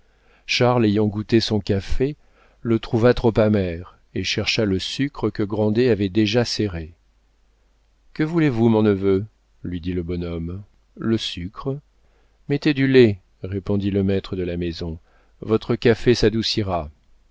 charles ayant goûté son café le trouva trop amer et chercha le sucre que grandet avait déjà serré que voulez-vous mon neveu lui dit le bonhomme le sucre mettez du lait répondit le maître de la maison votre café s'adoucira